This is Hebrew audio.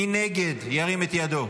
מי שנגד ירים את ידו: